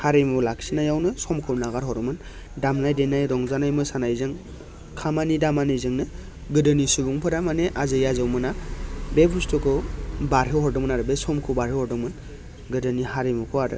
हारिमु लाखिनायावनो समखौ नागार हरोमोन दामनाय देनाय रंजानाय मोसानायजों खामानि दामानिजोंनो गोदोनि सुबुंफोरा माने आजै आजौमोना बे बुस्थुखौ बारहोहरदोंमोन आरो बे समखौ बारहो हरदोंमोन गोदोनि हारिमुखौ आरो